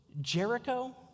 Jericho